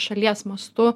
šalies mastu